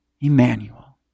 Emmanuel